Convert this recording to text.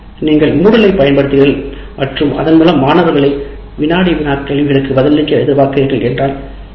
நீங்கள் MOODLE ஐப் பயன்படுத்துகிறீர்கள் மற்றும் அதன் மூலம் மாணவர்களை வினாடி வினா கேள்விகளுக்கு பதிலளிக்க எதிர்பார்க்கிறீர்கள் என்றால்எல்